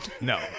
No